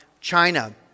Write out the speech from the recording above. China